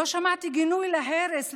לא שמעתי גינוי להרס,